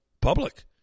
public